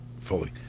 fully